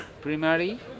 primary